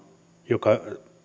joka